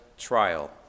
trial